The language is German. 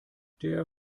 der